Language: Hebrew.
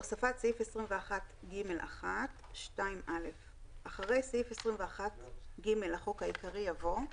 הוספת סעיף 21ג1 2א. אחרי סעיף 21ג לחוק העיקרי יבוא :